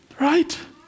Right